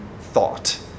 thought